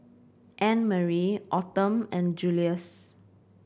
Annmarie Autumn and Julius